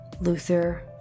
Luther